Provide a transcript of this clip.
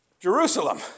Jerusalem